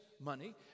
money